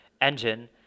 Engine